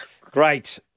Great